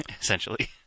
essentially